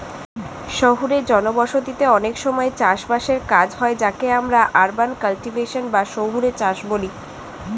শহুরে জনবসতিতে অনেক সময় চাষ বাসের কাজ হয় যাকে আমরা আরবান কাল্টিভেশন বা শহুরে চাষ বলি